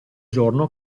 giorno